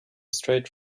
straight